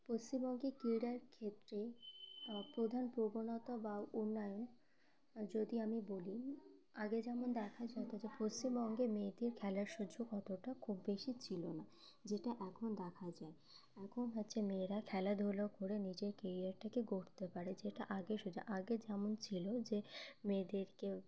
পশ্চিমবঙ্গে ক্রীড়ার ক্ষেত্রে প্রধান প্রবণতা বা উন্নয়ন যদি আমি বলি আগে যেমন দেখা যেত যে পশ্চিমবঙ্গে মেয়েদের খেলার সুযোগ অতটা খুব বেশি ছিল না যেটা এখন দেখা যায় এখন হচ্ছে মেয়েরা খেলাধুলো করে নিজের কেরিয়ারটাকে গড়তে পারে যেটা আগে সুযোগ আগে যেমন ছিল যে মেয়েদেরকে